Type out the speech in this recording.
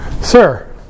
Sir